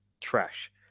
trash